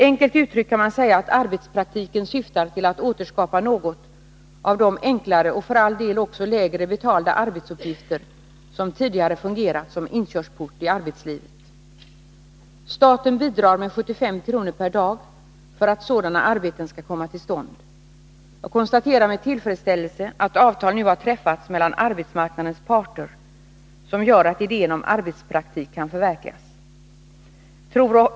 Enkelt uttryckt kan man säga att arbetspraktiken syftar till att återskapa något av de enklare och för all del också lägre betalda arbetsuppgifter som tidigare fungerat som inkörsport i arbetslivet. Staten bidrar med 75 kr. per dag för att sådana arbeten skall komma till stånd. Jag konstaterar med tillfredsställelse att avtal nu har träffats mellan arbetsmarknadens parter som gör att idén om arbetspraktik kan förverkligas.